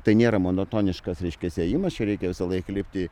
tai nėra monotoniškas reiškias ėjimas čia reikia visą laiką lipti